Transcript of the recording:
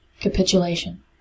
Capitulation